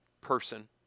person